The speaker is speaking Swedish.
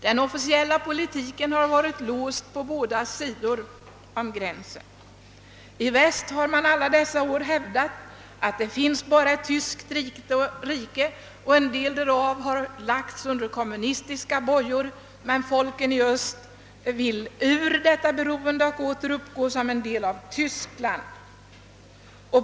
Den officiella politiken har på båda sidor om gränsen varit låst. I väst har man under alla år hävdat att det bara finns ett tyskt rike, att en del därav lagts under kommunistiska bojor men att folket i öst vill ur detta beroende och åter uppgå i Tyskland.